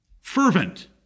Fervent